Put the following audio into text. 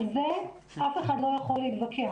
על זה אף אחד לא יכול להתווכח.